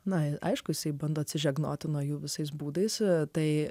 na aišku jisai bando atsižegnoti nuo jų visais būdais tai